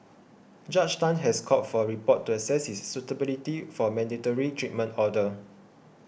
Judge Tan has called for a report to access his suitability for a mandatory treatment order